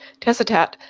Tessitat